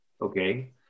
okay